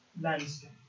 landscape